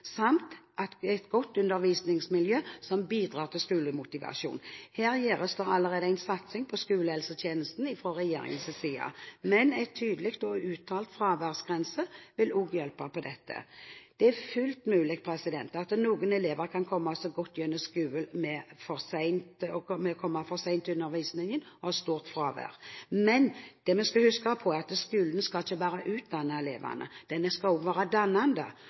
samt et godt undervisningsmiljø som bidrar til skolemotivasjon. Her satses det fra regjeringens side allerede på skolehelsetjenesten, men en tydelig og uttalt fraværsgrense vil også hjelpe på dette. Det er fullt mulig at noen elever kan komme seg godt gjennom skolen med å komme for sent til undervisningen og ha stort fravær. Men vi skal huske at skolen ikke bare skal utdanne elevene, den skal også være dannende